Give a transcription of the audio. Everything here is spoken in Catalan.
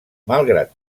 malgrat